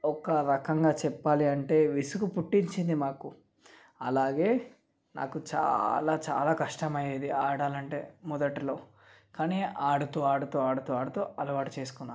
ఒక్క రకంగా చెప్పాలి అంటే విసుగు పుట్టించింది మాకు అలాగే నాకు చాలా చాలా కష్టమయ్యేది ఆడాలంటే మొదట్లో కానీ ఆడుతూ ఆడుతూ ఆడుతూ ఆడుతూ అలవాటు చేసుకున్నా